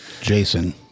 jason